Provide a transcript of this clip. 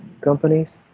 companies